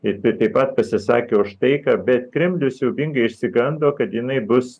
ir ji taip pat pasisakė už taiką bet kremlius siaubingai išsigando kad jinai bus